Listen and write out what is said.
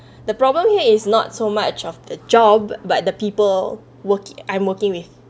the problem here is not so much of the job but the people working I'm working with